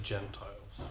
Gentiles